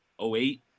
08